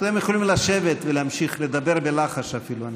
אתם יכולים לשבת ולהמשיך לדבר בלחש, אפילו.